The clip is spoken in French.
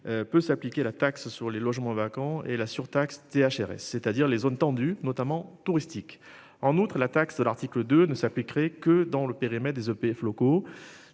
Peut s'appliquer la taxe sur les logements vacants et la surtaxe CHRS, c'est-à-dire les zones tendues, notamment touristiques en outre la taxe l'article de ne s'appliquerait que dans le périmètre des EPF locaux.